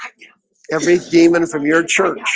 ah yeah every demon from your church